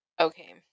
Okay